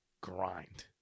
grind